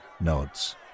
nods